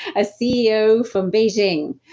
a ceo from beijing,